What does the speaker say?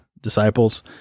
disciples